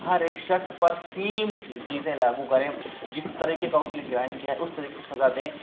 ہر ایک شخص پر سیم چیزیں لاگو کریں جس طریقے کا اُس نے کرائم کیا ہے اُس طریقے کا اُس کو سزا دیں